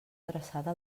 adreçada